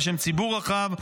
בשם ציבור רחב,